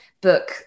book